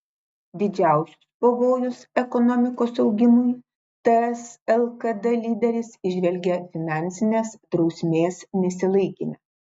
didžiausius pavojus ekonomikos augimui ts lkd lyderis įžvelgia finansinės drausmės nesilaikyme